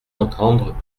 entendre